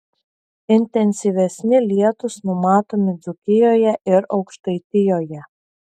intensyvesni lietūs numatomi dzūkijoje ir aukštaitijoje